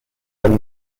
than